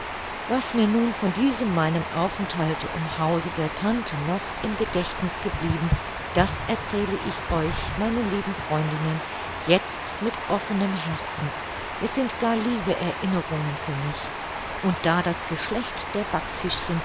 was mir nun von diesem meinem aufenthalte im hause der tante noch im gedächtniß geblieben das erzähle ich euch meine lieben freundinnen jetzt mit offenem herzen es sind gar liebe erinnerungen für mich und da das geschlecht der